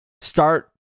start